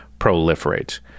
proliferate